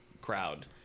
crowd